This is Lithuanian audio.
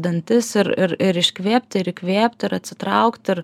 dantis ir ir ir iškvėpti ir įkvėpti ir atsitraukt ir